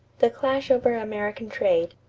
the clash over american trade.